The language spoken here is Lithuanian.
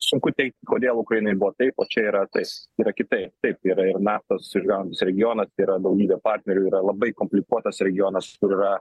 sunku teigt kodėl ukrainai buvo taip o čia yra taip yra kitaip taip yra ir naftos išgaunamos regionas tai yra daugybė partnerių yra labai komplikuotas regionas kur yra